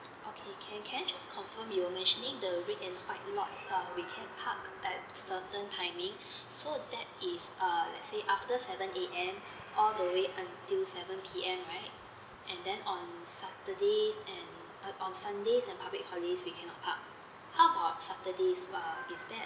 okay can can I just confirm you were mentioning the red and white lots uh we can park at certain timing so that is uh let's say after seven A_M all the way until seven P_M right and then on saturdays and uh on sundays and public holidays we cannot park how about saturdays uh is there